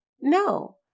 No